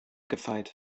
gefeit